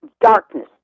Darkness